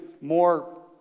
more